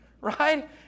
right